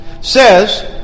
Says